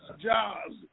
jobs